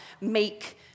make